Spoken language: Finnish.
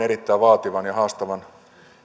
erittäin vaativan ja haastavan